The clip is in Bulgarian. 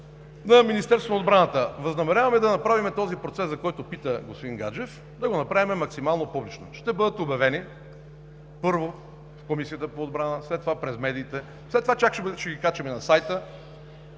на Министерството на отбраната. Възнамеряваме да направим този процес, за който пита господин Гаджев, максимално публично. Ще бъдат обявени първо в Комисията по отбрана, след това през медиите, след това чак ще ги качим на сайта.